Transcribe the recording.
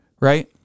right